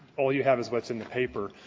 all you have is what's in the paper.